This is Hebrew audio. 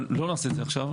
אבל לא נעשה את זה עכשיו.